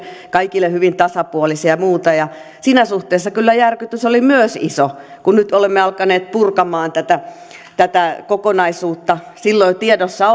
kaikille hyvin tasapuolisia ja muuta siinä suhteessa kyllä järkytys oli myös iso kun nyt olemme alkaneet purkamaan tätä tätä kokonaisuutta silloin tiedossa